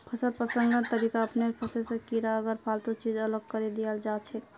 फसल प्रसंस्करण तरीका अपनैं फसल स कीड़ा आर फालतू चीज अलग करें दियाल जाछेक